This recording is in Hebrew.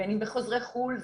בין אם בחוזרי חו"ל,